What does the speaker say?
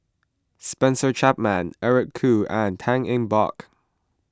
Spencer Chapman Eric Khoo and Tan Eng Bock